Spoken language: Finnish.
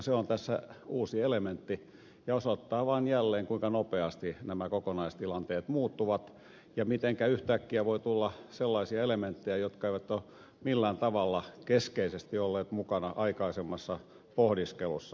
se on tässä uusi elementti ja osoittaa vain jälleen kuinka nopeasti nämä kokonaistilanteet muuttuvat ja mitenkä yhtäkkiä voi tulla sellaisia elementtejä jotka eivät ole millään tavalla keskeisesti olleet mukana aikaisemmassa pohdiskelussa